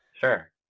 Sure